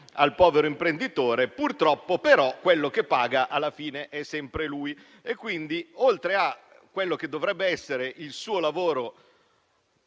del povero imprenditore. Purtroppo, però, quello che paga alla fine è sempre lui; quindi, oltre a quello che dovrebbe essere il suo lavoro,